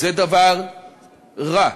זה דבר רע.